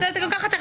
גם ככה אתה תכף